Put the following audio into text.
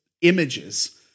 images